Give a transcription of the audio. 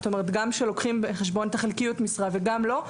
כלומר גם כשלוקחים בחשבון את חלקיות המשרה וגם כאשר לא,